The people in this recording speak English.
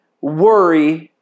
worry